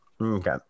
Okay